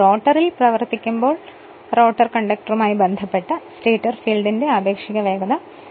rotor n ൽ പ്രവർത്തിക്കുമ്പോൾ rotor കണ്ടക്ടറുമായി ബന്ധപ്പെട്ട് സ്റ്റേറ്റർ ഫീൽഡിന്റെ ആപേക്ഷിക വേഗത ns n ആണ്